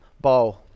Bow